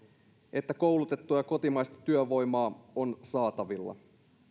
että koulutettua ja kotimaista työvoimaa on saatavilla